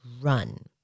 run